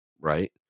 right